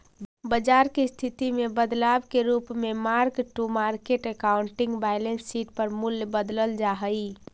बाजार के स्थिति में बदलाव के रूप में mark to market accounting balance sheet पर मूल्य बदलल जा हई